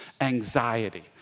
anxiety